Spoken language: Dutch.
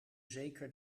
zeker